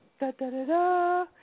Da-da-da-da